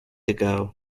ago